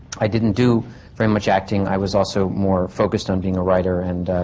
i didn't do very much acting. i was also more focused on being a writer and.